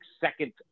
second